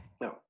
No